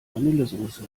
vanillesoße